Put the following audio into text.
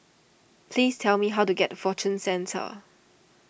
please tell me how to get to Fortune Centre